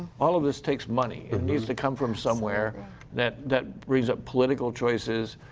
all of this takes money. and needs to come from somewhere that that brings up political choices,